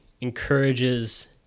encourages